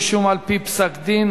רישום על-פי פסק דין),